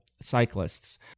cyclists